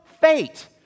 fate